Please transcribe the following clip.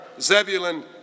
Zebulun